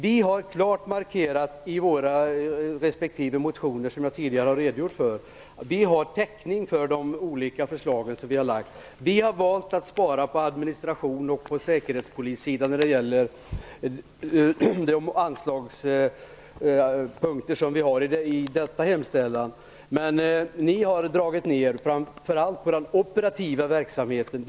Vi har klart markerat i våra resp. motioner, som jag tidigare har redogjort för, att vi har täckning för de olika förslag som vi har lagt fram. Vi har valt att spara på administration och på säkerhetspolissidan när det gäller de anslagspunkter som vi har i denna hemställan. Men ni har dragit ner på framför allt den operativa verksamheten.